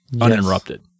uninterrupted